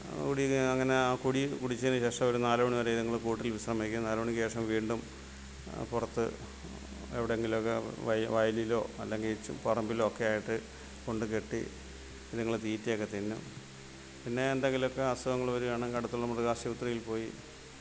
അങ്ങനെ ആ കുടിച്ചതിന് ശേഷം ഒരു നാലു മണിവരെ ഇതുങ്ങൾ കൂട്ടിൽ വിശ്രമിക്കും നാലു മണിക്ക് ശേഷം വീണ്ടും പുറത്ത് എവിടെയെങ്കിലുമൊക്കെ വയലിലോ അല്ലെങ്കിൽ പറമ്പിലോ ഒക്കെയായിട്ട് കൊണ്ടുകെട്ടി ഇതുങ്ങൾ തീറ്റയൊക്കെ തിന്നും പിന്നെ എന്തെങ്കിലുമൊക്കെ അസുഖങ്ങൾ വരികയാണെങ്കിൽ അടുത്തുള്ള മൃഗാശുപത്രിയിൽ പോയി